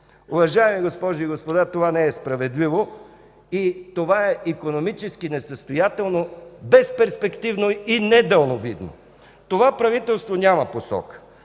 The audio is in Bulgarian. Уважаеми госпожи и господа, това не е справедливо и това е икономически несъстоятелно, безперспективно и недалновидно! Това правителство няма посока.